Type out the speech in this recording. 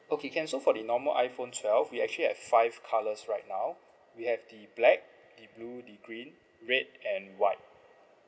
okay can so for the normal iPhone twelve we actually have five colours right now we have the black the blue the green red and white